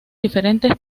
diferentes